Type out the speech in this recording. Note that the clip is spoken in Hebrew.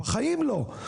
בחיים לא.